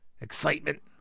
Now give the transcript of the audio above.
excitement